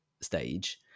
stage